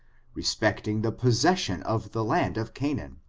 respecting the possession of the land of canaan,